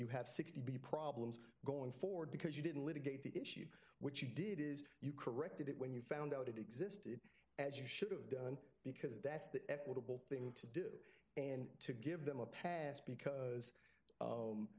you have sixty b problems going forward because you didn't litigate the issue which you did is you corrected it when you found out it existed as you should have done because that's the equitable thing to do and to give them a pass because